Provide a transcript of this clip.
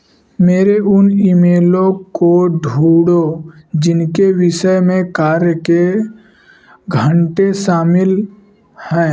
मेरे उन ईमेलों को ढूंढो जिनके विषय में कार्य के घंटे शामिल हैं